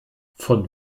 von